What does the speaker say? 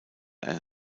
ein